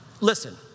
listen